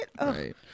right